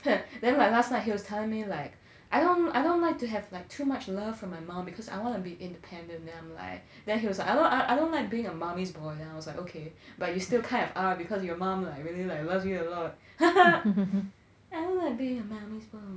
but then like last night he was telling me like I don't I don't like to have like too much love for my mum because I wanna be independent then I'm like then he was like I don't I don't like being a mummy's boy then I was like okay but you still kind of are because your mum like really like loves you a lot I don't like being a mummy's boy